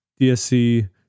DSC